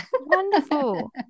Wonderful